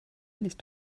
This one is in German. nicht